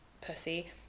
pussy